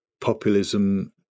populism